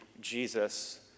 Jesus